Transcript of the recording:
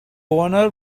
owner